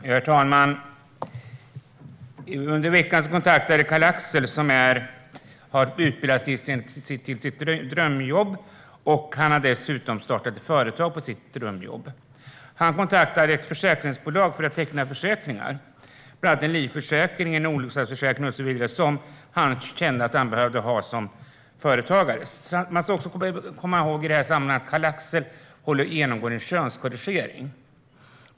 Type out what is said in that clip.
Herr talman! Under veckan blev jag kontaktad av Karl-Axel, som har utbildat sig till sitt drömjobb. Han har dessutom startat ett företag med sitt drömjobb. Han kontaktade ett försäkringsbolag för att teckna försäkringar, bland annat en livförsäkring och en olycksfallsförsäkring, som han kände att han behövde ha som företagare. Man ska i det här sammanhanget komma ihåg att Karl-Axel genomgår en könskorrigering.